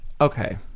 Okay